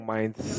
Minds